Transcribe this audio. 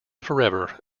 forever